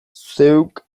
zeuk